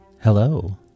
Hello